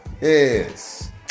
Yes